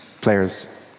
Players